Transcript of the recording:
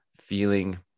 feeling